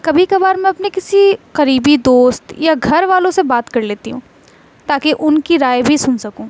کبھی کبھار میں اپنے کسی قریبی دوست یا گھر والوں سے بات کر لیتی ہوں تاکہ ان کی رائے بھی سن سکوں